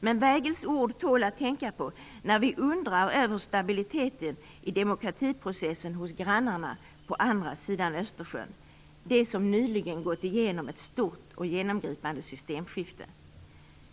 Men Weigels ord tål att tänka på när vi undrar över stabiliteten i demokratiprocessen hos grannarna på andra sidan Östersjön - de som nyligen gått igenom ett stort och genomgripande systemskifte.